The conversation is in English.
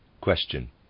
Question